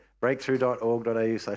Breakthrough.org.au